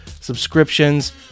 subscriptions